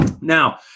now